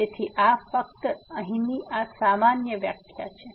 તેથી આ ફક્ત અહીંની આ સામાન્ય વ્યાખ્યા છે